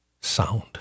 sound